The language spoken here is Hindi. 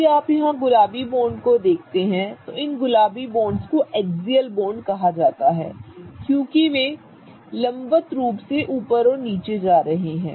यदि आप यहां गुलाबी बॉन्ड को देखते हैं तो इन गुलाबी बॉन्ड्स को एक्सियल बॉन्ड कहा जाता है क्योंकि वे लंबवत रूप से ऊपर और नीचे जा रहे हैं